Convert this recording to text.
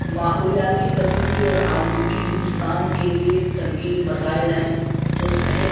ماحولیاتی تبدیلی اور آلودگی ہندوستان کے لیے سنگین مسائل ہیں جو صحت